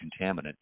contaminant